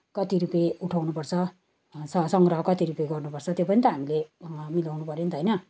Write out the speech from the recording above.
कन कति रुपियाँ उठाउनुपर्छ स सङ्ग्रह कति रुपियाँ गर्नुपर्छ त्यो पनि त हामीले मिलाउनुपऱ्यो नि त होइन